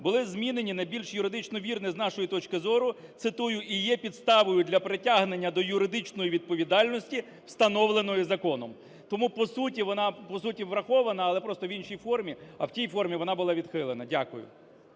були змінені на більш юридично вірні, з нашої точки зору, цитую, "і є підставою для притягнення до юридичної відповідальності, встановленої законом". Тому по суті вона врахована, але просто в іншій формі, а в тій формі вона була відхилена. Дякую.